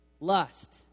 Lust